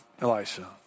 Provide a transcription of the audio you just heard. Elisha